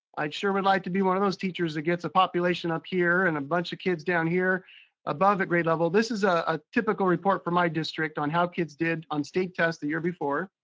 i sure would like to be one of those teachers that gets a population up here, and a bunch of kids down here above at grade level. this is ah a typical report from my district on how kids did on state test the year before.